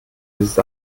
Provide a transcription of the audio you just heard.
ist